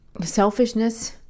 selfishness